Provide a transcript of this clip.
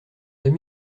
deux